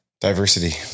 Diversity